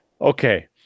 Okay